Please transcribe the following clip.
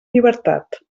llibertat